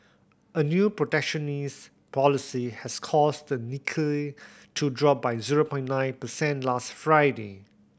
a new protectionist policy has caused the Nikkei to drop by zero point nine percent last Friday